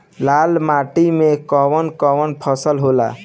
लाल माटी मे कवन कवन फसल होला?